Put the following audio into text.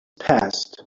passed